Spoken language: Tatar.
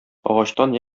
агачтан